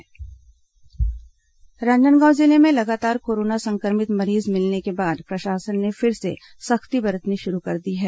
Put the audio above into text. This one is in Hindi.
कोरोना राजनांदगांव सख्ती राजनांदगांव जिले में लगातार कोरोना संक्रमित मरीज मिलने के बाद प्रशासन ने फिर से सख्ती बरतनी शुरू कर दी है